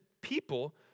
people